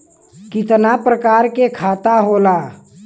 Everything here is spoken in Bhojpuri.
कितना प्रकार के खाता होला?